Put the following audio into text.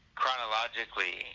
chronologically